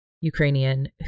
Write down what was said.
ukrainian